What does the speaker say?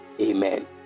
amen